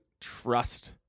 trust